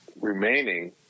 remaining